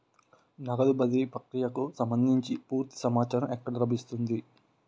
నగదు బదిలీ ప్రక్రియకు సంభందించి పూర్తి సమాచారం ఎక్కడ లభిస్తుంది?